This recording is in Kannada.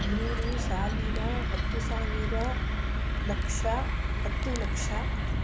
ನೂರು ಸಾವಿರ ಹತ್ತು ಸಾವಿರ ಲಕ್ಷ ಹತ್ತು ಲಕ್ಷ